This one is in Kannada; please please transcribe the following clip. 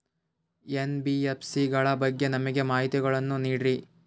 ಎನ್.ಬಿ.ಎಫ್.ಸಿ ಗಳ ಬಗ್ಗೆ ನಮಗೆ ಮಾಹಿತಿಗಳನ್ನ ನೀಡ್ರಿ?